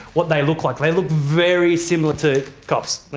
what they look like, they look very similar to cops.